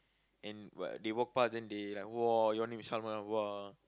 and what they walk past then they like !woah! your name is Salman !wah!